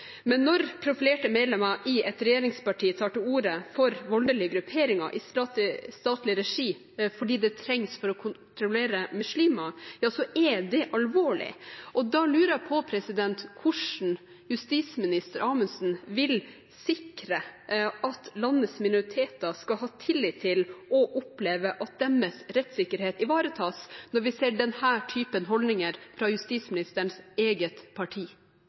Men når profilerte medlemmer av et regjeringsparti tar til orde for voldelige grupperinger i statlig regi fordi det trengs for å kontrollere muslimer, er det alvorlig. Da lurer jeg på hvordan justisminister Amundsen vil sikre at landets minoriteter skal ha tillit til – og oppleve – at deres rettssikkerhet ivaretas, når vi ser denne typen holdninger fra justisministerens eget parti.